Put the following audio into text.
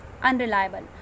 unreliable